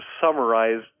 summarize